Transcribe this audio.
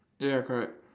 ya correct